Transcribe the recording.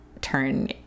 turn